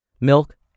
milk